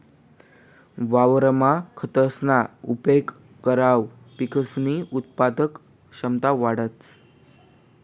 वावरमा खतसना उपेग करावर पिकसनी उत्पादन क्षमता वाढंस